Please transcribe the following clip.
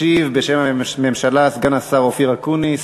ישיב בשם הממשלה סגן השר אופיר אקוניס.